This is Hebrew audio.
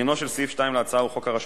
עניינו של סעיף 2 להצעה הוא חוק הרשות